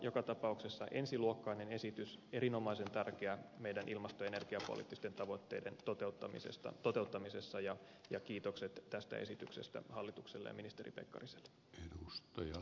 joka tapauksessa ensiluokkainen esitys erinomaisen tärkeä meidän ilmasto ja energiapoliittisten tavoitteiden toteuttamisessa ja kiitokset tästä esityksestä hallitukselle ja ministeri pekkariselle